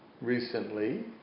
recently